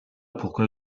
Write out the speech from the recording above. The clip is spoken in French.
pourquoi